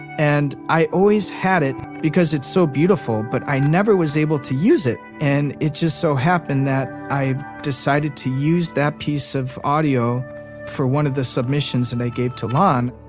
and i always had it because it's so beautiful, but i never was able to use it. and it just so happened that i decided to use that piece of audio for one of the submissions that i gave to lon,